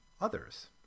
others